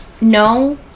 no